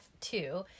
two